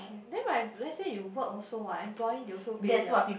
then when I let say you work also what employee they also pay their